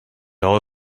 all